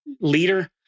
leader